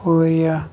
Korea